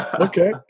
Okay